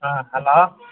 ꯑꯥ hello